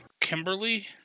Kimberly